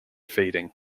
feeding